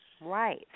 Right